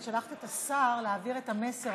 את שלחת את השר להעביר את המסר,